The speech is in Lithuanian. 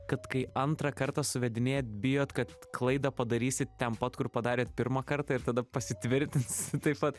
kad kai antrą kartą suvedinėjat bijot kad klaidą padarysit ten pat kur padarėt pirmą kartą ir tada pasitvirtins taip pat